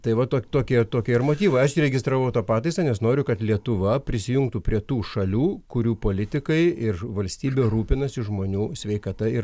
tai va to to tokie tokie ir motyvai aš įregistravau pataisą nes noriu kad lietuva prisijungtų prie tų šalių kurių politikai ir valstybė rūpinasi žmonių sveikata ir